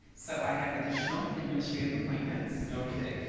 so i have additional administrative appointments. okay.